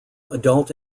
adult